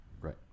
Right